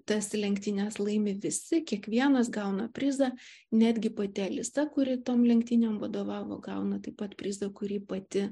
tas lenktynes laimi visi kiekvienas gauna prizą netgi pati alisa kuri tom lenktynėm vadovavo gauna taip pat prizą kurį pati